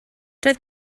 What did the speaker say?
doedd